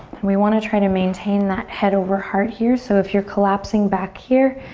and we want to try to maintain that head over heart here. so if you're collapsing back here,